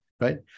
right